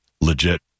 legit